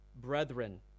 brethren